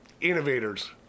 innovators